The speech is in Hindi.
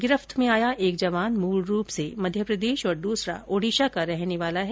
गिरफ्त में आया एक जवान मूल रूप से मध्यप्रदेश और दूसरा ओडिशा का रहने वाला है